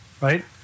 right